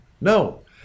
No